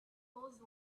those